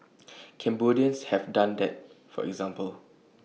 Cambodians have done that for example